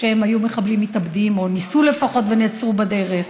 שהיו מחבלים מתאבדים, או ניסו לפחות ונעצרו בדרך,